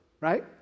right